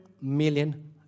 million